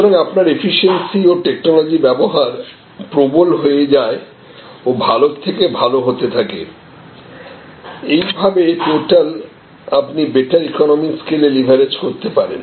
সুতরাং আপনার এফিশিয়েন্সি ও টেকনোলজি ব্যবহার প্রবল হয়ে যায় ও ভালো থেকে ভালো হতে থাকে এইভাবে টোটালি আপনি বেটার ইকোনমি স্কেলে লিভারেজ করতে পারেন